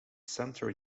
centre